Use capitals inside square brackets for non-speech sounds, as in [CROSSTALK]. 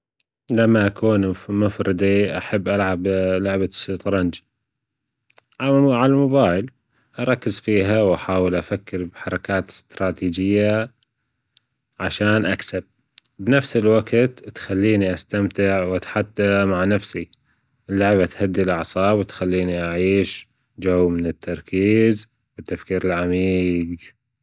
لما أكون في مفردي أحب ألعب [HESITATION] لعبة الشطرنج عالموبايل أركز فيها وأحاول أفكر بحركات إستراتيجية، عشان أكسب بنفس الوجت تخليني أستمتع وأتحدى مع نفسي، اللعبة تهدي الأعصاب وتخليني أعيش جو من التركيز والتفكير العميج.